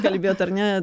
kalbėt ar ne